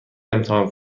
امتحان